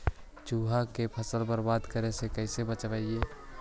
चुहा के फसल बर्बाद करे से कैसे बचाबी?